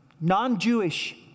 non-Jewish